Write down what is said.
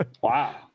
Wow